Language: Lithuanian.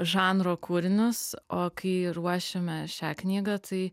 žanro kūrinius o kai ruošėme šią knygą tai